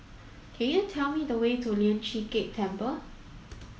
can you tell me the way to Lian Chee Kek Temple